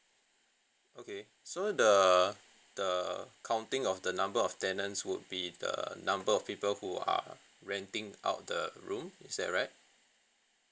okay so the the counting of the number of tenants would be the number of people who are renting out the room is that right